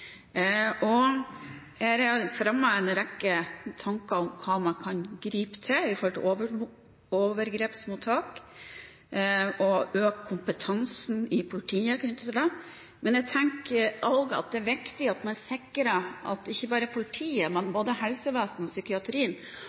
er fremmet en rekke tanker om hva man kan gripe til i forhold til overgrepsmottak, og økt kompetanse i politiet er knyttet til det, men jeg tenker også at det er viktig at man sikrer at ikke bare politiet, men også helsevesenet og psykiatrien